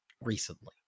recently